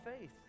faith